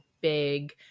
big